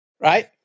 Right